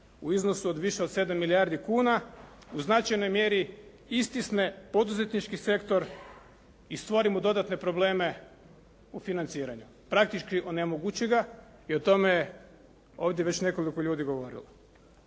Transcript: u iznosu od više od 7 milijardi kuna, u značajnoj mjeri istisne poduzetnički sektor i stvori mu dodatne probleme u financiranju. Praktički onemogući ga i o tome ovdje je već nekoliko ljudi govorilo.